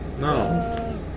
No